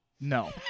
No